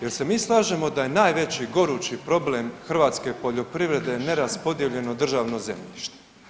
Jel se mi slažemo da je najveći gorući problem hrvatske poljoprivrede neraspodijeljeno državno zemljište?